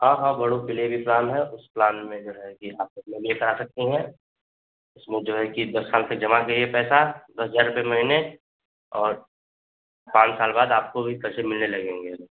हाँ हाँ बड़ों के लिए भी प्लान है उस प्लान में जो है कि आप अपने लिए करा सकती हैं इसमें जो है कि दस साल तक जमा कीजिए पैसा दस हज़ार रुपये महीने और पाँच साल बाद आपको भी पैसे मिलने लगेंगे